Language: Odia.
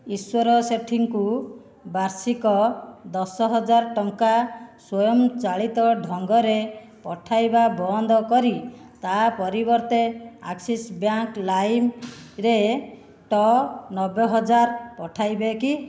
ଈଶ୍ୱର ସେଠୀଙ୍କୁ ବାର୍ଷିକ ଦଶ ହଜାର ଟଙ୍କା ସ୍ବୟଂଚାଳିତ ଢ଼ଙ୍ଗରେ ପଠାଇବା ବନ୍ଦ କରି ତା ପରିବର୍ତ୍ତେ ଆକ୍ସିସ୍ ବ୍ୟାଙ୍କ୍ ଲାଇମ୍ରେ ଟ ନବେ ହଜାର ପଠାଇବେ କି